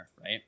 Right